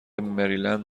مریلند